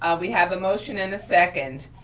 ah we have a motion and a second.